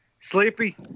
Sleepy